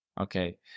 okay